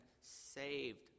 saved